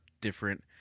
different